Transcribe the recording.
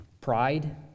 Pride